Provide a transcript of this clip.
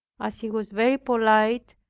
as he was very polite,